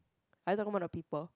are you talking about the people